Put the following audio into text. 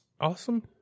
Awesome